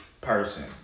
person